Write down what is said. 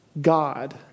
God